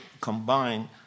combine